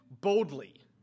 boldly